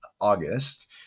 August